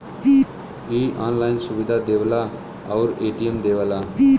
इ ऑनलाइन सुविधा देवला आउर ए.टी.एम देवला